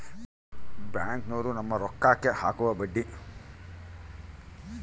ಬ್ಯಾಂಕ್ನೋರು ನಮ್ಮ್ ರೋಕಾಕ್ಕ ಅಕುವ ಬಡ್ಡಿ